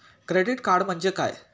Credit card म्हणजे काय?